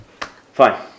Fine